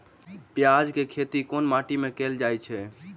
प्याज केँ खेती केँ माटि मे कैल जाएँ छैय?